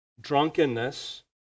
Drunkenness